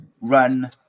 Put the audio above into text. run